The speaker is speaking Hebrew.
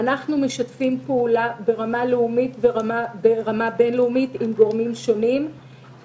אנחנו משתפים פעולה ברמה לאומית וברמה בין-לאומית עם גורמים שונים,